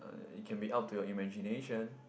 it can be up to your imagination